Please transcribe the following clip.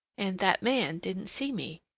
and that man didn't see me.